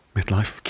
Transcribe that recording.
Midlife